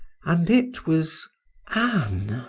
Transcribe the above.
and it was ann!